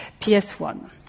PS1